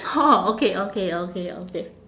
orh okay okay okay okay